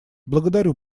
благодарю